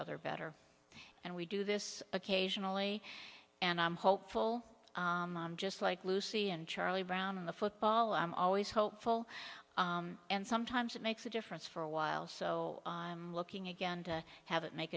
other better and we do this occasionally and i'm hopeful just like lucy and charlie brown in the football i'm always hopeful and sometimes it makes a difference for a while so looking again to have it make